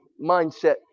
mindset